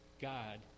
God